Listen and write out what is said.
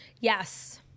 Yes